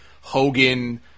Hogan